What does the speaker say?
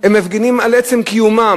הם מפגינים על עצם קיומם,